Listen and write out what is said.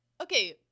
okay